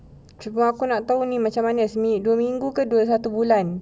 cuma aku nak tahu ni macam mana dua minggu ke satu bulan